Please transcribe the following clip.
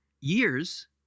years